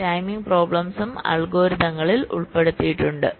timing പ്രോബ്ലംസും അൽഗോരിതങ്ങളിൽ ഉൾപ്പെടുത്തിയിട്ടുണ്ട്